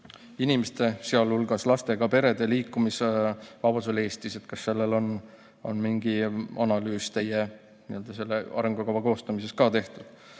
inimeste, sealhulgas lastega perede liikumisvabadusele Eestis, kas selle kohta on mingi analüüs teil arengukava koostamisel ka tehtud?